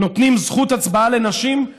נותנים זכות הצבעה לנשים,